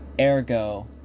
Ergo